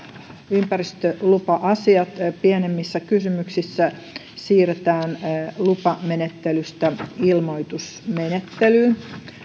ympäristölupa asiat pienemmissä kysymyksissä siirretään lupamenettelystä ilmoitusmenettelyyn